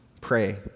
pray